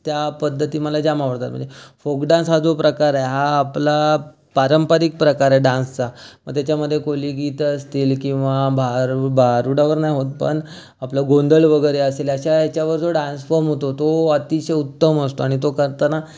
त्या पद्धती मला जाम आवडतात म्हणजे फोक डान्स हा जो प्रकार आहे हा आपला पारंपारिक प्रकार आहे डान्सचा मग त्याच्यामध्ये कोळीगीतं असतील किंवा भारू भारूडावर नाही होत पण आपला गोंधळ वगैरे असेल अशा ह्याच्यावर जो डान्स फॉर्म होतो तो अतिशय उत्तम असतो आणि तो करताना